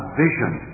vision